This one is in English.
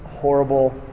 horrible